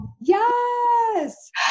Yes